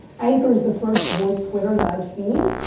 anchor is the first voice twitter that i've seen.